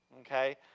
okay